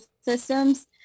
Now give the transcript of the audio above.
systems